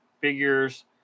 figures